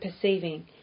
perceiving